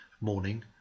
morning